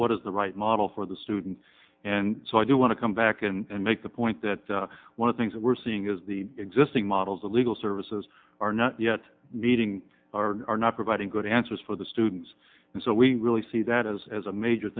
what is the right model for the students and so i do want to come back and make the point that one of things we're seeing is the existing models of legal services are not yet meeting are not providing good answers for the students and so we really see that as as a major